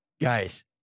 guys